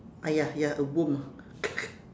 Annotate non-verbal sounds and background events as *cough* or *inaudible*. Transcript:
a ya ya a worm ah *laughs*